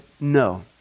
no